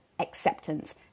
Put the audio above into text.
acceptance